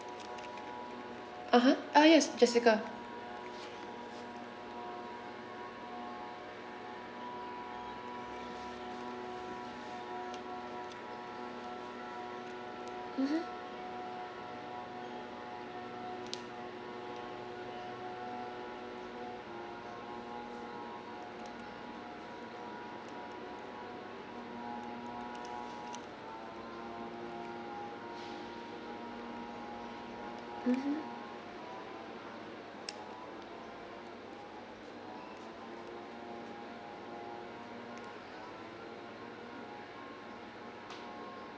(uh huh) ah yes jessica mmhmm mmhmm